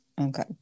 Okay